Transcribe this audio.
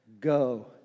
go